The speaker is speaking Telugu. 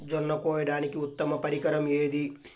జొన్న కోయడానికి ఉత్తమ పరికరం ఏది?